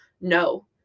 no